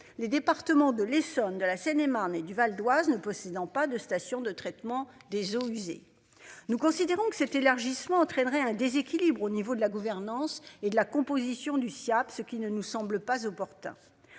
Les départements de l'Essonne, de la Seine-et-Marne et du Val d'Oise ne possédant pas de station de traitement des eaux usées. Nous considérons que cet élargissement entraînerait un déséquilibre au niveau de la gouvernance et de la composition du Siaap ce qui ne nous semble pas opportun.